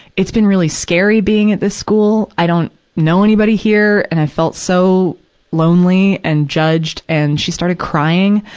it's been really scary being at this school. i don't know anybody here, and i felt so lonely and judged. and she started crying.